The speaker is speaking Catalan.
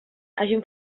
hagin